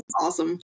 awesome